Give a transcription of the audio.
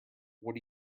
what